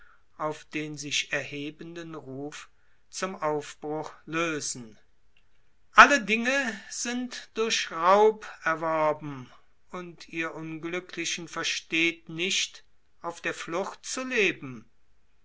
auf den sich erhebenden ruf lösen alle dinge sind durch raub erworben ihr unglücklichen versteht nicht auf der flucht zu leben